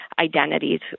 identities